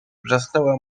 wrzasnęła